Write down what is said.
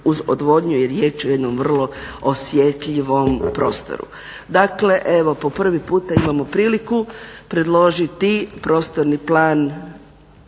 uz odvodnju. Riječ je o jednom vrlo osjetljivom prostoru. Dakle, evo po prvi puta imamo priliku predložiti prostorni plan